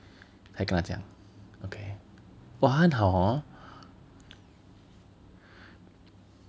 才跟他讲 okay !wah! 她很好 hor